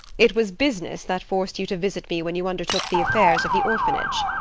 it was business that forced you to visit me when you undertook the affairs of the orphanage.